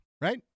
right